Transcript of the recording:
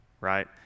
right